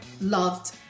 loved